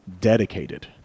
dedicated